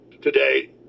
today